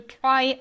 try